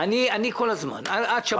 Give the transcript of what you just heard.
אני נמצא פה כל הזמן עד שבת.